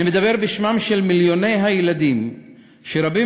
אני מדבר בשמם של מיליוני הילדים שרבים